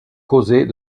causait